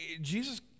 Jesus